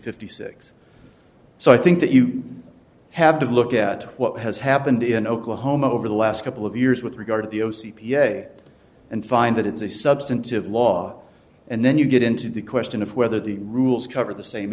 fifty six so i think that you have to look at what has happened in oklahoma over the last couple of years with regard to the o c and find that it's a substantive law and then you get into the question of whether the rules cover the same